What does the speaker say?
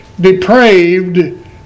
depraved